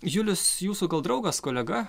julius jūsų draugas kolega